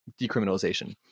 decriminalization